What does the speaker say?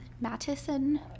Mattison